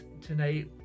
tonight